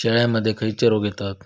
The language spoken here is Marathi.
शेळ्यामध्ये खैचे रोग येतत?